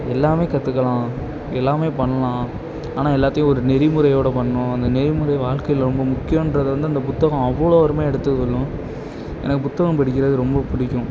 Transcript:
எல்லாமே கற்றுக்கலாம் எல்லாமே பண்ணலாம் ஆனால் எல்லாத்தையும் ஒரு நெறிமுறையோடய பண்ணும் அந்த நெறிமுறை வாழ்க்கையில் ரொம்ப முக்கியன்றது வந்து அந்த புத்தகம் அவ்வளோ அருமையாக எடுத்து சொல்லும் எனக்கு புத்தகம் படிக்கிறது ரொம்ப பிடிக்கும்